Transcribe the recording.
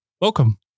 Welcome